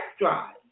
drive